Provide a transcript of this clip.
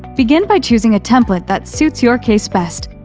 begin by choosing a template that suits your case best.